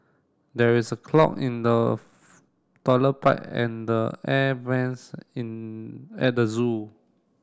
there is a clog in the toilet pipe and the air vents in at the zoo